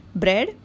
bread